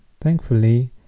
Thankfully